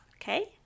Okay